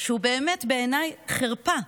שהוא באמת בעיניי חרפה,